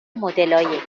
مدلهای